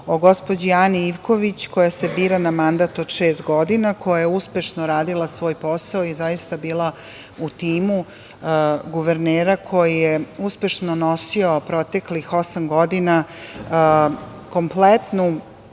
o gospođi Ani Ivković, koja se bira na mandat od šest godina, koja je uspešno radila svoj posao i zaista bila u timu guvernera koji je uspešno nosio u proteklih osam godina kompletnu